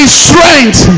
strength